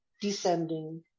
descending